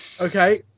okay